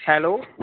hello